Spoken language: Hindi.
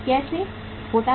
कैसे होता है